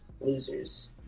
Losers